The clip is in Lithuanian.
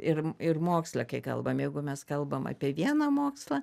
ir ir moksle kai kalbam jeigu mes kalbam apie vieną mokslą